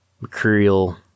mercurial